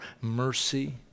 mercy